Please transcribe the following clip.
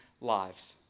lives